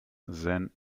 then